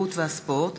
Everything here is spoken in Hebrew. התרבות והספורט